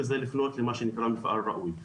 וזה לפנות למה שנקרא מפעל ראוי.